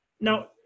Now